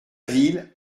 ville